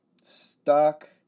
Stock